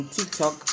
TikTok